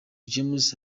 james